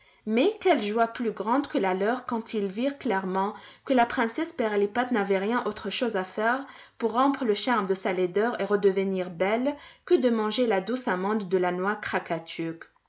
mais quelle joie plus grande que la leur quand ils virent clairement que la princesse pirlipat n'avait rien autre chose à faire pour rompre le charme de sa laideur et redevenir belle que de manger la douce amande de la noix